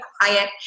quiet